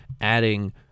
adding